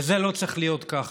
וזה לא צריך להיות ככה.